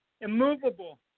Immovable